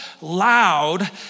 loud